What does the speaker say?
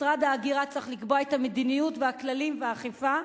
משרד ההגירה צריך לקבוע את המדיניות והכללים והאכיפה,